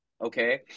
Okay